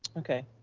okay,